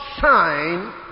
sign